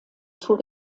tour